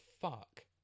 fuck